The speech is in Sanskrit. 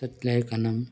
तत् लेखनीम्